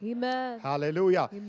Hallelujah